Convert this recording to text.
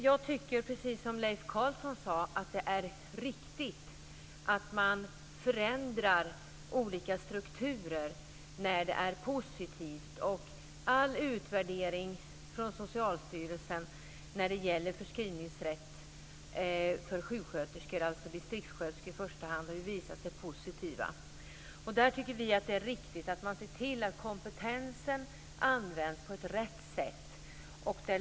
Jag tycker precis som Leif Carlson att det är riktigt att man förändrar olika strukturer när det är positivt. All utvärdering från Socialstyrelsen av förskrivningsrätt för sjuksköterskor, i första hand distriktssköterskor, har visat sig positiv. Vi tycker därför att det är riktigt att man ser till att kompetensen används på rätt sätt.